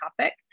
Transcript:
topic